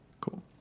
Cool